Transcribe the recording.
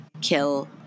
kill